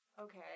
okay